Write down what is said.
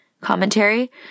commentary